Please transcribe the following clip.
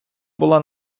була